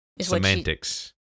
Semantics